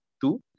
two